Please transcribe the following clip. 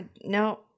No